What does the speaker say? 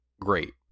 great